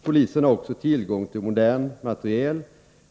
: Bolisen; chari också tillgång till modern materiel.